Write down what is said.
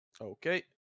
Okay